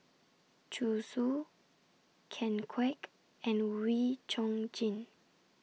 Zhu Xu Ken Kwek and Wee Chong Jin